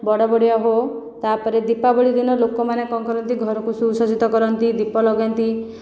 ବଡ଼ବଡ଼ିଆ ହୋ ତା'ପରେ ଦୀପାବଳି ଦିନ ଲୋକମାନେ କ'ଣ କରନ୍ତି ଘରକୁ ସୁସଜ୍ଜିତ କରନ୍ତି ଦୀପ ଲାଗନ୍ତି